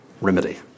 remedy